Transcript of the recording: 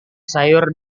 sayur